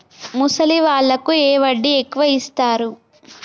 ముసలి వాళ్ళకు ఏ వడ్డీ ఎక్కువ ఇస్తారు?